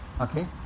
Okay